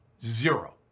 zero